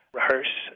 rehearse